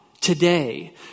today